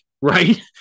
right